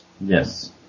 Yes